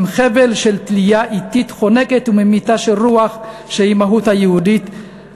הם חבל של תלייה אטית חונקת וממיתה של רוח שהיא המהות היהודית,